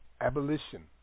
Abolition